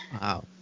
Wow